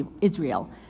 Israel